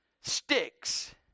sticks